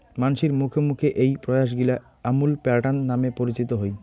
মানসির মুখে মুখে এ্যাই প্রয়াসগিলা আমুল প্যাটার্ন নামে পরিচিত হই